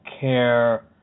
care